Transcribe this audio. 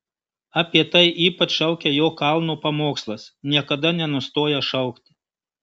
apie tai ypač šaukia jo kalno pamokslas niekada nenustoja šaukti